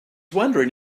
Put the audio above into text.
wondering